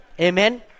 Amen